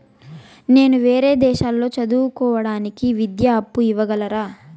నేను వేరే దేశాల్లో చదువు కోవడానికి విద్యా అప్పు ఇవ్వగలరా?